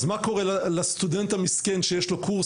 אז מה קורה לסטודנט המסכן שיש לו קורס